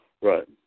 Right